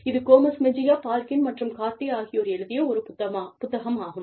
இது Gomez Mejia Balkin மற்றும் Cardy ஆகியோர் எழுதிய ஒரு புத்தகமாகும்